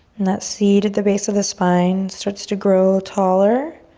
and that seed at the base of the spine starts to grow taller.